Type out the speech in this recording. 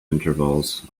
intervals